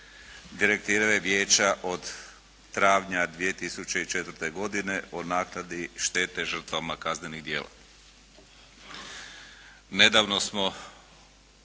direktive vijeće od travnja 2004. godine o naknadi štete žrtvama kaznenih djela. Nedavno smo,